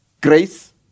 grace